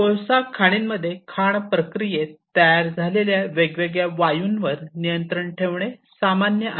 कोळसा खाणींमध्ये खाण प्रक्रियेत तयार झालेल्या वेगवेगळ्या वायूंवर नियंत्रण ठेवणे सामान्य आहे